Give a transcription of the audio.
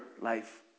life